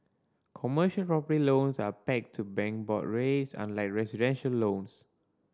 commercial property loans are pegged to bank board rates unlike residential loans